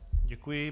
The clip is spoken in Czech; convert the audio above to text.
Děkuji.